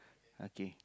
okay